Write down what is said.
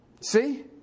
See